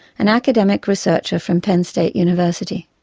an academic researcher from penn state university.